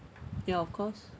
ya of course